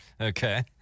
Okay